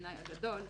הגדול,